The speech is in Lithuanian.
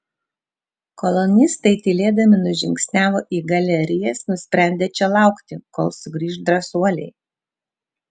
kolonistai tylėdami nužingsniavo į galerijas nusprendę čia laukti kol sugrįš drąsuoliai